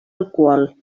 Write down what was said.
alcohol